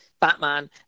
Batman